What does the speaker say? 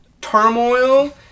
turmoil